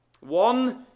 one